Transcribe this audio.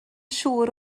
siŵr